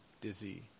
dizzy